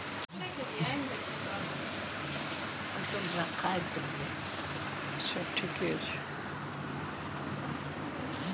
भारत सौंसे दुनियाँक कुल दुधक उपजाक तेइस प्रतिशत उपजाबै छै